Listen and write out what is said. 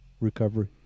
recovery